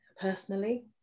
personally